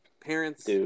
Parents